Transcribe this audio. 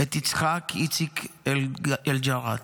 את יצחק, איציק, אלגרט,